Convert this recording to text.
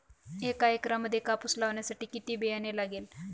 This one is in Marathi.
एका एकरामध्ये कापूस लावण्यासाठी किती बियाणे लागेल?